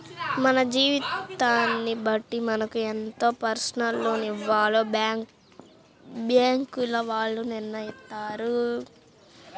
మన జీతాన్ని బట్టి మనకు ఎంత పర్సనల్ లోన్ ఇవ్వాలో బ్యేంకుల వాళ్ళు నిర్ణయిత్తారు